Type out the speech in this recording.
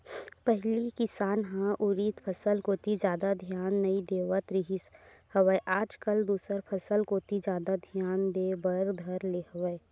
पहिली किसान ह उरिद फसल कोती जादा धियान नइ देवत रिहिस हवय आज कल दूसर फसल कोती जादा धियान देय बर धर ले हवय